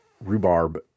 rhubarb